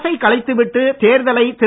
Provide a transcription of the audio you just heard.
அரசைக் கலைத்து விட்டு தேர்தலை திரு